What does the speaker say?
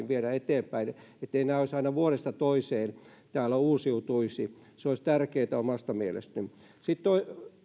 viedä eteenpäin etteivät nämä aina vuodesta toiseen täällä uusiutuisi se olisi tärkeätä omasta mielestäni sitten